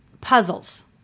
puzzles